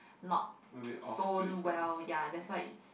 not so well that's why